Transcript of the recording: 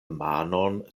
manon